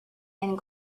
and